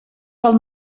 pel